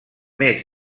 més